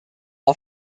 are